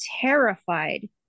terrified